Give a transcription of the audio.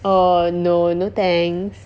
oh no no thanks